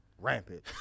rampant